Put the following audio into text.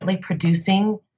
producing